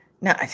no